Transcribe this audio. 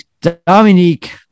Dominique